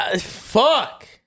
fuck